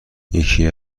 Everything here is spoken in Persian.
یکی